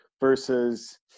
versus